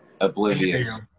oblivious